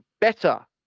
better